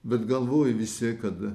bet galvoju vis tiek kad